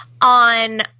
on